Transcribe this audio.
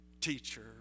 teacher